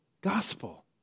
gospel